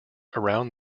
around